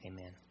Amen